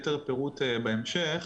בעיה כדי שנוכל לכוון את ההקשבה שלנו.